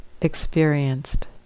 experienced